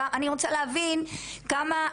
אני רוצה להבין כמה,